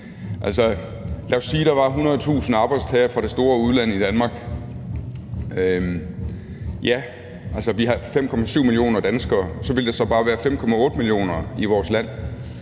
Lad os sige, at der var 100.000 arbejdstagere i Danmark fra det store udland – vi er 5,7 millioner danskere, og så ville der bare være 5,8 millioner i vores land.